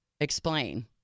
Explain